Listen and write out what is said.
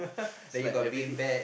is like everything